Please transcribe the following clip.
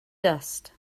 dust